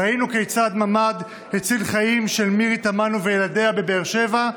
ראינו כיצד ממ"ד הציל את החיים של מירי תמנו וילדיה בבאר שבע,